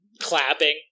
clapping